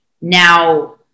now